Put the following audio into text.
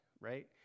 right